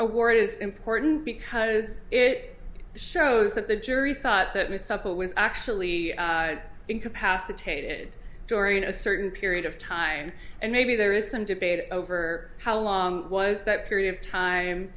award is important because it shows that the jury thought that ms supple was actually incapacitated during a certain period of time and maybe there is some debate over how long was that period of time